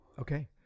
Okay